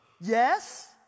yes